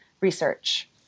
research